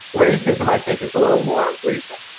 racism, i think, is a little more recent.